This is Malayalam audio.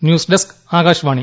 news desk Akashvani